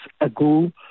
ago